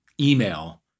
email